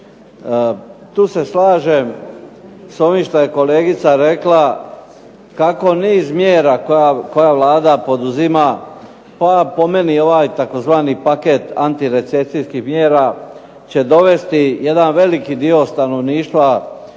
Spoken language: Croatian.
Tu se slažem sa ovim što je kolegica rekla kako niz mjera koja Vlada poduzima pa po meni i ovaj tzv. paket antirecesijskih mjera će dovesti jedan veliki dio stanovništva